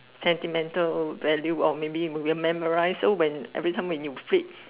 sentimental value or maybe will memorize so when every time when you flip